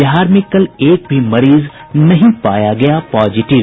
बिहार में कल एक भी मरीज नहीं पाया गया पॉजिटिव